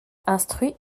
instruit